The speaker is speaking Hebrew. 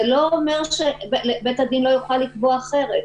זה לא אומר שבית הדין לא יוכל לקבוע אחרת.